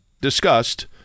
discussed